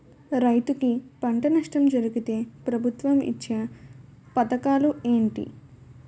రైతులుకి పంట నష్టం జరిగితే ప్రభుత్వం ఇచ్చా పథకాలు ఏంటి?